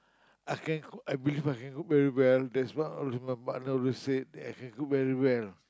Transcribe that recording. I can cook I believe I can cook very well that's what always my partner always said that I can cook very well